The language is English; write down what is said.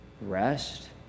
rest